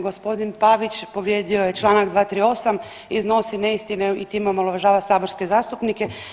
Gospodin Pavić povrijedio je čl. 238., iznosi neistine i time omalovažava saborske zastupnike.